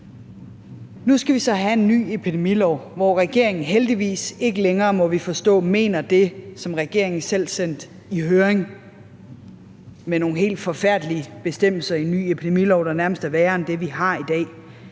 Nu skal vi så have en ny epidemilov, hvor regeringen jo heldigvis ikke længere, må jeg forstå, mener det, som regeringen selv sendte i høring, med forslag til nogle helt forfærdelige bestemmelser i en ny epidemilov, der nærmest er værre end det, vi har i dag.